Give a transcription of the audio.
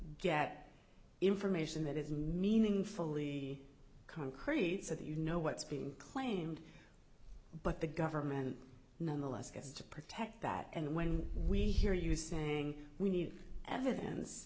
get information that is meaningfully concrete so that you know what's being claimed but the government nonetheless gets to protect that and when we hear you saying we need evidence